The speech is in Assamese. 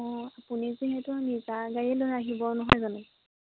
অঁ আপুনি যিহেতু নিজা গাড়ী লৈ আহিব নহয় জানো